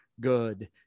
good